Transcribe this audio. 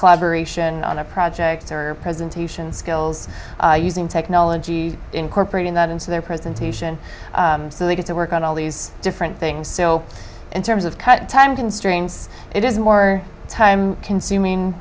collaboration on a project or presentation skills using technology incorporating that into their presentation so they get to work on all these different things in terms of cut time constraints it is more time consuming